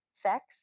sex